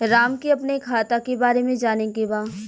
राम के अपने खाता के बारे मे जाने के बा?